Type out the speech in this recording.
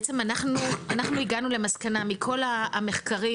בעצם אנחנו הגענו למסקנה מכל המחקרים